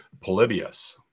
Polybius